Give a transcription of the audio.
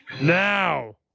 now